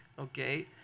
okay